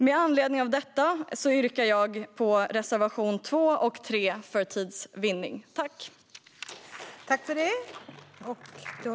Med anledning av detta yrkar jag, för tids vinnande, bifall endast till reservationerna 2 och 3.